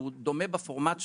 שהוא דומה בפורמט שלו,